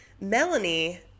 Melanie